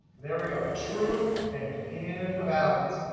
there we go, true and in balance.